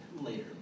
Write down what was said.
later